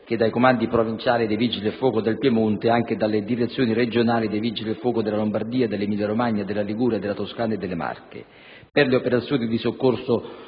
Grazie,